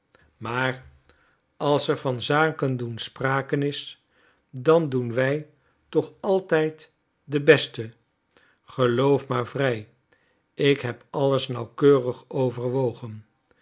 maar als er van zaken doen sprake is dan doen wij toch altijd de beste geloof maar vrij ik heb alles nauwkeurig overwogen